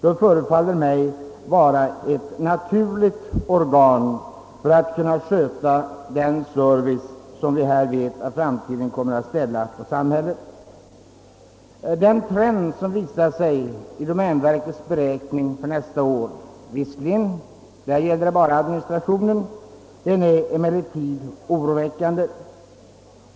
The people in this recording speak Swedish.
Det förefaller mig därför som om domänverket är det organ som bäst kan åstadkomma den service som vi vet kommer att krävas av samhället i framtiden. Den trend som kommer till synes i domänverkets beräkningar för nästa år — som visserligen bara avser administrationen — är oroväckande.